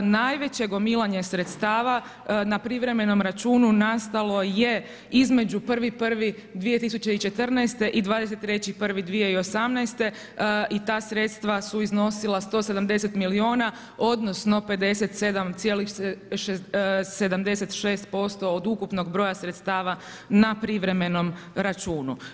Najveće gomilanje sredstava na privremenom računu nastalo je između 1.1.2014. i 23.1.2018. i ta sredstva su iznosila 170 milijuna, odnosno 57,76% od ukupnog broja sredstava na privremenom računu.